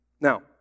Now